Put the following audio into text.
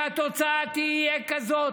שהתוצאה תהיה כזאת,